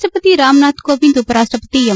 ರಾಷ್ಪಪತಿ ರಾಮನಾಥ್ ಕೋವಿಂದ್ ಉಪರಾಷ್ಷಪತಿ ಎಂ